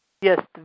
Yes